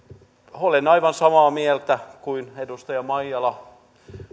olen aivan samaa mieltä kuin edustaja maijala